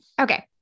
Okay